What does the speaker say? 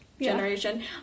generation